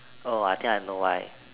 oh I think I know why